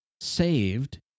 saved